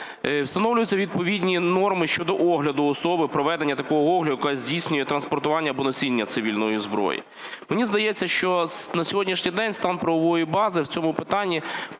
встановлюються відповідні норми щодо огляду особи при проведенні такого огляду, яка здійснює транспортування, або носіння цивільної зброї. Мені здається, що на сьогоднішній день стан правової бази в цьому питанні